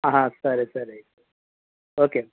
సరే సరే ఓకే